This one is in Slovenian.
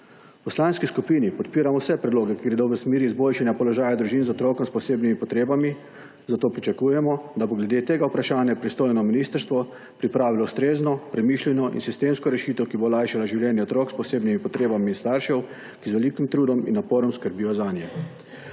V poslanski skupini podpiramo vse predloge, ki gredo v smeri izboljšanja položaja družin z otrokom s posebnimi potrebami, zato pričakujemo, da bo glede tega vprašanja pristojno ministrstvo pripravilo ustrezno, premišljeno in sistemsko rešitev, ki bo olajšala življenje otrok s posebnimi potrebami in staršev, ki z velikim trudom in naporom skrbijo zanje.